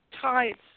tides